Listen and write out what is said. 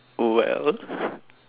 well